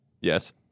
Yes